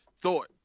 thought